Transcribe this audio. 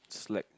slack